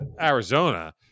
Arizona